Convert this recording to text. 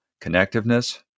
connectiveness